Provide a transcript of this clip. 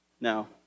Now